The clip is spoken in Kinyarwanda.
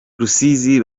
rusizi